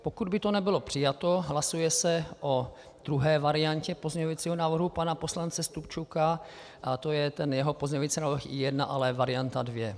Pokud by to nebylo přijato, hlasuje se o druhé variantě pozměňujícího návrhu pana poslance Stupčuka, a to je ten jeho pozměňující návrh I1, ale varianta 2.